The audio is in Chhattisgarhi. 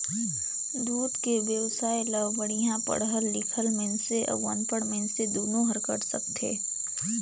दूद के बेवसाय ल बड़िहा पड़हल लिखल मइनसे अउ अनपढ़ मइनसे दुनो हर कर सकथे